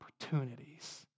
opportunities